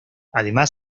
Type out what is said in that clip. además